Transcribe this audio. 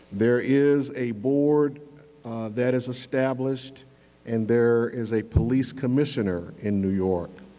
there is a board that is established and there is a police commissioner in new york.